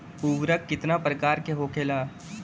उर्वरक कितना प्रकार के होखेला?